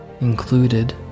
included